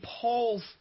Paul's